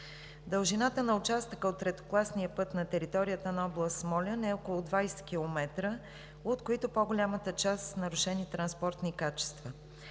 Дължината на участъка от третокласния път на територията на област Смолян е около 20 км, от които по-голямата част са с нарушени транспортни качества.